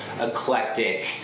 eclectic